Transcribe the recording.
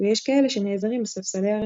ויש כאלה שנעזרים בספסלי הרחוב.